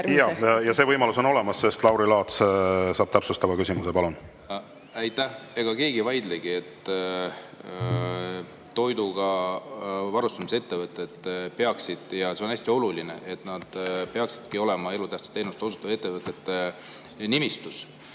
Jaa, see võimalus on olemas, sest Lauri Laats saab täpsustava küsimuse. Palun!